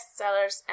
bestsellers